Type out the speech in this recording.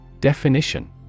Definition